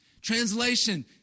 Translation